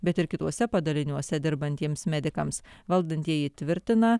bet ir kituose padaliniuose dirbantiems medikams valdantieji tvirtina